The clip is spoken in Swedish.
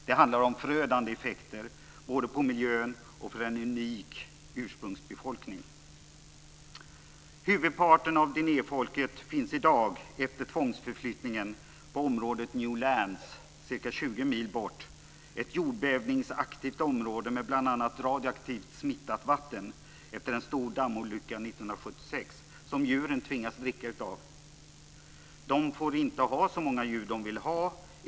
Det handlar om förödande effekter både på miljön och för en unik ursprungsbefolkning. Huvudparten av dinehfolket finns i dag, efter tvångsförflyttningen, på området New Lands, ca 20 mil bort. Det är ett jordbävningshotat område med bl.a. radioaktivt smittat vatten efter en stor dammolycka 1976 som djuren tvingas dricka av. De får inte ha så många djur de vill ha.